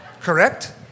Correct